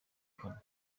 kane